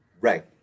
Right